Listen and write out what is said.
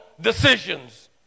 decisions